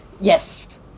Yes